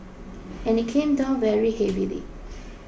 and it came down very heavily